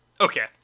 Okay